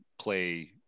play